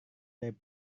dari